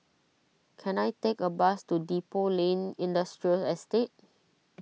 can I take a bus to Depot Lane Industrial Estate